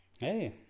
Hey